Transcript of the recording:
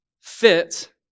fit